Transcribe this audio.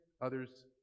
others